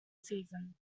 season